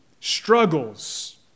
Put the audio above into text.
struggles